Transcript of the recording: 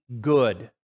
good